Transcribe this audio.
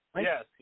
Yes